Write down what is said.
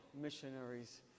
missionaries